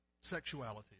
sexuality